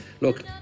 Look